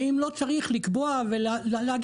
האם לא צריך לקבוע ולהגיד,